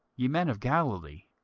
ye men of galilee,